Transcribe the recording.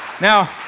Now